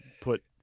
put